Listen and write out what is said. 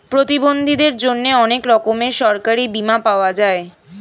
প্রতিবন্ধীদের জন্যে অনেক রকমের সরকারি বীমা পাওয়া যায়